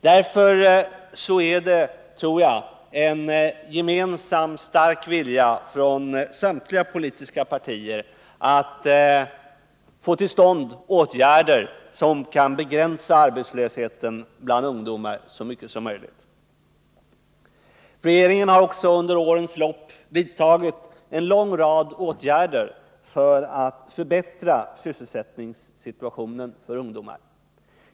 Därför tror jag att det är en gemensam stark vilja hos samtliga politiska partier att få till stånd åtgärder som kan begränsa arbetslösheten bland ungdomar så mycket som möjligt. Regeringen har också under årens lopp vidtagit en lång rad åtgärder för att förbättra sysselsättningssituationen för ungdomar.